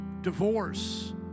divorce